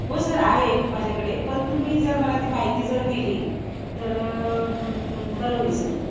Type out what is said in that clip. हो सर आहे माझ्याकडे पण तुम्ही जर मला ती माहिती जर दिली तर बरं होई सर